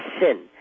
sin